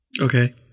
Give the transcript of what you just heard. Okay